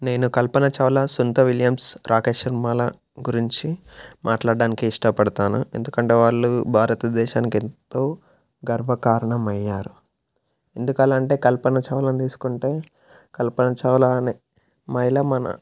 నేను కల్పనా చావ్లా సునీత విలియమ్స్ రాకేష్ శర్మల గురించి మాట్లాడటానికే ఇష్టపడతాను ఎందుకంటే వాళ్ళు భారతదేశానికి ఎంతో గర్వకారణం అయ్యారు ఎందుకలా అంటే కల్పనా చావ్లాని తీసుకుంటే కల్పనా చావ్లా అనే మహిళ మన